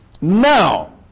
Now